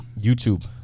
YouTube